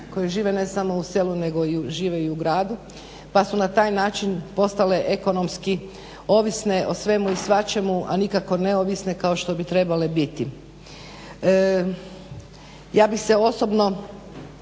koji žive ne samo u selu nego žive i u gradu pa su na taj način postale ekonomski ovisne o svemu i svačemu, a nikako neovisne kao što bi trebale biti. Ja bih se osobno